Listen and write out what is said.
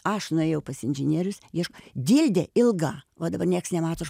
aš nuėjau pas inžinierius ieš dildė ilga va dabar nieks nemato aš